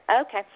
okay